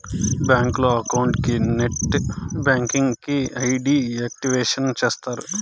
బ్యాంకులో అకౌంట్ కి net banking కి ఐ.డి యాక్టివేషన్ చేస్తారు